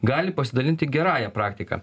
gali pasidalinti gerąja praktika